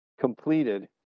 completed